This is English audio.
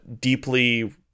deeply